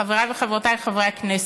חברי וחברותי חברי הכנסת,